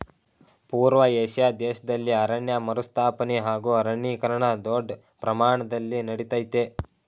ಪೂರ್ವ ಏಷ್ಯಾ ದೇಶ್ದಲ್ಲಿ ಅರಣ್ಯ ಮರುಸ್ಥಾಪನೆ ಹಾಗೂ ಅರಣ್ಯೀಕರಣ ದೊಡ್ ಪ್ರಮಾಣ್ದಲ್ಲಿ ನಡಿತಯ್ತೆ